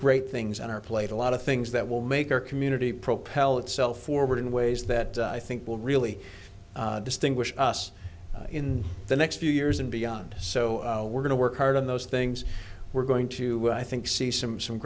great things on our plate a lot of things that will make our community propel itself forward in ways that i think will really distinguish us in the next few years and beyond so we're going to work hard on those things we're going to i think see some some